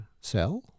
cell